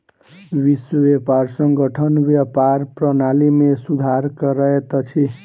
विश्व व्यापार संगठन व्यापार प्रणाली में सुधार करैत अछि